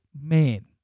Man